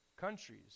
countries